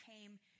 came